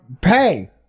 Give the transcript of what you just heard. pay